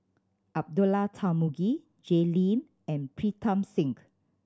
Abdullah Tarmugi Jay Lim and Pritam Singh